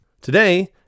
Today